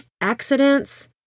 accidents